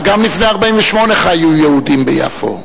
גם לפני 1948 חיו יהודים ביפו.